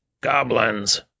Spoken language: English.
Goblins